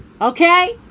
Okay